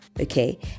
okay